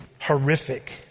horrific